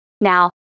Now